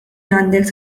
għandek